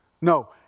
No